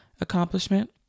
accomplishment